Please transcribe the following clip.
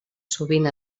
sovint